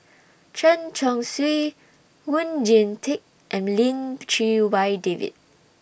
Chen Chong Swee Oon Jin Teik and Lim Chee Wai David